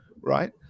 right